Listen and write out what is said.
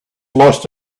lost